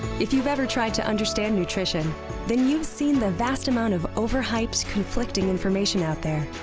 if you've ever tried to understand nutrition then you've seen the vast amount of over hyped conflicting information out there.